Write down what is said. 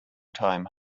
time